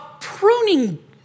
pruning